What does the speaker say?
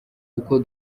uko